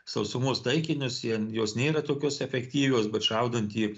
sausumos taikinius je jos nėra tokios efektyvios bet šaudant į